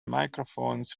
microphones